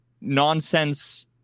nonsense